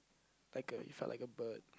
like a you felt like a bird